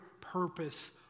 purpose